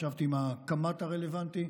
ישבתי עם הקמ"ט הרלוונטי.